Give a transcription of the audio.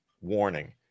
warning